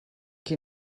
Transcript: qui